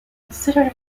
considered